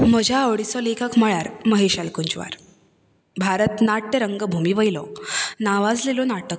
म्हज्या आवडीचो लेखक म्हळ्यार महेश एलकुंचवार भारत नाट्य रंगभुमी वयलो नावाजिल्लो नाटककार